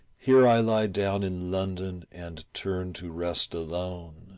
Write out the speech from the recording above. here i lie down in london and turn to rest alone.